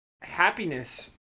happiness